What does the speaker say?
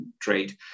trade